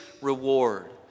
reward